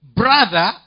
brother